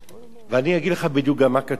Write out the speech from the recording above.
ואני אגיד לך בדיוק גם מה כתוב במודעה,